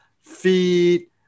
feet